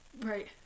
Right